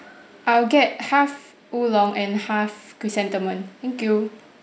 I'll get half oolong and half chrysanthemum thank you